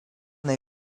they